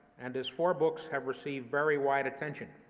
and his four books have received very wide attention.